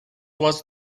was